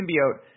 symbiote